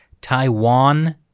Taiwan